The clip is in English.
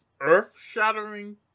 earth-shattering